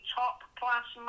top-class